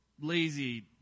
lazy